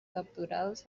capturados